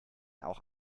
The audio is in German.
auch